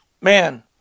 man